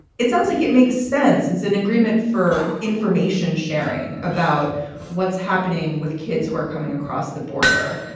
it sounds like it makes sense it's an agreement for information sharing about what's happening with kids who are coming across the border.